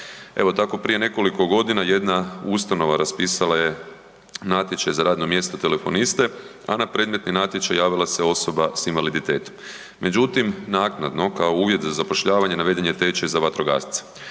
Evo, tako prije nekoliko godina jedna ustanova raspisala je natječaj za radno mjesto telefoniste, a na predmetni natječaj javila se osoba s invaliditetom. Međutim, naknadno, kao uvjet za zapošljavanje, naveden je tečaj za vatrogasca.